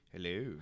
Hello